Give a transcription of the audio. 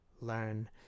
learn